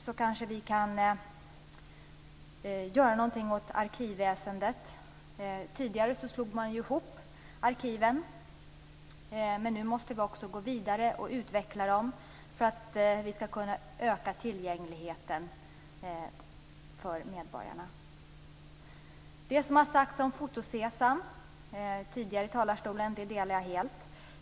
Sedan kanske vi kan göra något åt arkivväsendet. Tidigare slog man ihop arkiven, men nu måste vi gå vidare och utveckla dem så att vi kan öka tillgängligheten för medborgarna. Jag delar helt de åsikter om Foto-Sesam som förts fram tidigare från talarstolen.